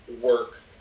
work